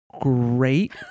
great